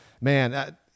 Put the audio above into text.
man